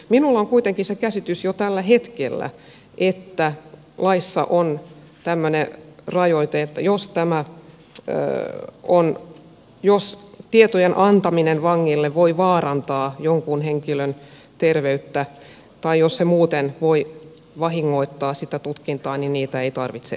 minulla on kuitenkin se käsitys jo tällä hetkellä että laissa on tämmöinen rajoite että jos tietojen antaminen vangille voi vaarantaa jonkun henkilön terveyttä tai jos se muuten voi vahingoittaa sitä tutkintaa niin niitä ei tarvitse antaa